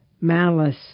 malice